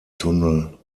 tunnel